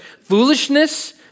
foolishness